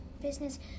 business